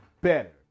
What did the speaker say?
better